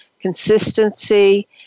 consistency